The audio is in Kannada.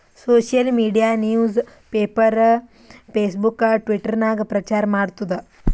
social media newspaper, Facebook, Twitter ನಾಗ್ ಪ್ರಚಾರ್ ಮಾಡ್ತುದ್